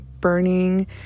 burning